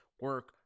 Work